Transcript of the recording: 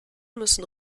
müssen